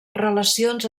relacions